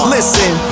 Listen